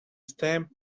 stamp